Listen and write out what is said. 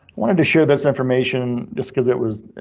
wanted to share this information just cause it was.